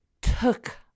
took